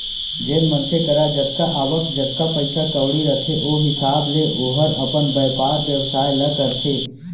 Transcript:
जेन मनसे करा जतका आवक, जतका पइसा कउड़ी रथे ओ हिसाब ले ओहर अपन बयपार बेवसाय ल करथे